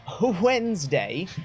Wednesday